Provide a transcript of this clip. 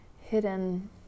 hidden